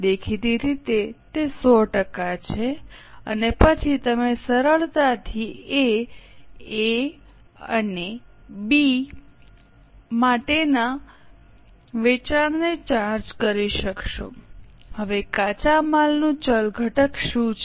દેખીતી રીતે તે 100 ટકા છે અને પછી તમે સરળતાથી એ Aઅને બી B માટેના વેચાણને ચાર્જ કરી શકશો હવે કાચા માલનું ચલ ઘટક શું છે